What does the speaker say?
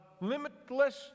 limitless